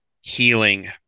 healing